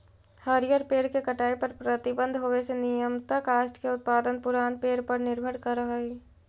हरिअर पेड़ के कटाई पर प्रतिबन्ध होवे से नियमतः काष्ठ के उत्पादन पुरान पेड़ पर निर्भर करऽ हई